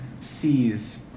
sees